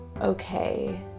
Okay